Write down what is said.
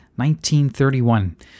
1931